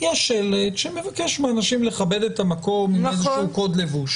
יש שלט שמבקש מאנשים לכבד את המקום עם איזשהו קוד לבוש